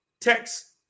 text